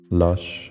lush